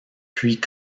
puis